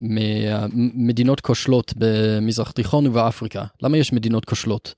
מדינות כושלות במזרח תיכון ובאפריקה, למה יש מדינות כושלות?